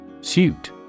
Suit